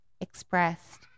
expressed